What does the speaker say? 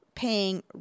paying